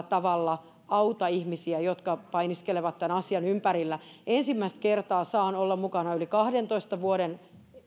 tavalla auta ihmisiä jotka painiskelevat tämän asian ympärillä ensimmäistä kertaa saan olla mukana yli kahdentoista vuoden